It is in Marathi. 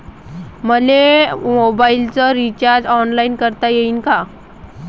मले मोबाईलच रिचार्ज ऑनलाईन करता येईन का?